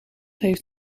heeft